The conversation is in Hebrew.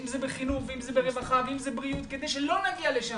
אם זה בחינוך ואם זה ברווחה ואם זה בבריאות כדי שלא נגיע לשם.